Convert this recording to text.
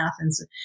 Athens